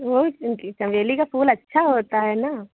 वह चमेली का फूल अच्छा होता है ना